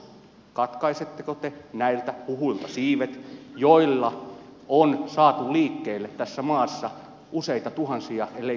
katkaisetteko te näiltä huhuilta siivet joilla on saatu liikkeelle tässä maassa useita tuhansia ellei kymmeniätuhansia ihmisiä